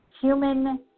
human